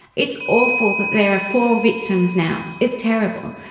it's awful that there are four victims now. it's terrible.